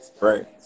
Right